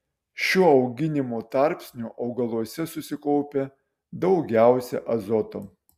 šiuo augimo tarpsniu augaluose susikaupia daugiausiai azoto